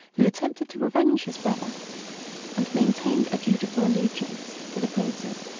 who attempted to revenge his brother and maintained a dutiful allegiance to the princes,